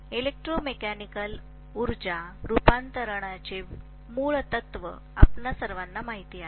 electromechanical ऊर्जा रूपांतरणाचे मूळ तत्व आपल्या सर्वांना माहित आहे